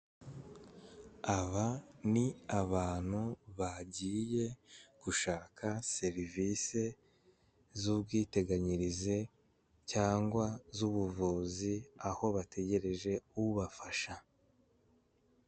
Aba ni abantu bagiye gushaka serise z'ubwiteganyirize cyangwa z'ubuvuzi aho bategereje ubafasha.